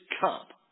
cup